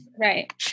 Right